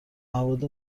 مواد